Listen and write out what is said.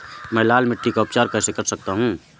मैं लाल मिट्टी का उपचार कैसे कर सकता हूँ?